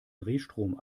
drehstrom